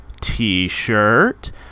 t-shirt